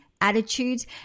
attitudes